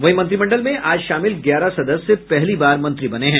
वहीं मंत्रिमंडल में आज शामिल ग्यारह सदस्य पहली बार मंत्री बने हैं